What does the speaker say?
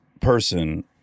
person